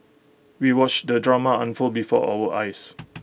we watched the drama unfold before our eyes